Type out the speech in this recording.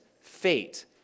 fate